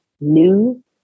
new